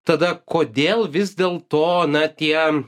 tada kodėl vis dėl to na tie